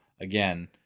again